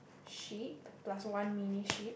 sheep plus one mini sheep